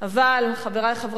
אבל, חברי חברי הכנסת,